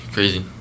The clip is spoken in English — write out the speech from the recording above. Crazy